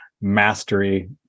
mastery